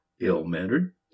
ill-mannered